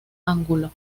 ángulo